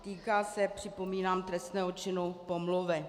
Týká se, připomínám, trestného činu pomluvy.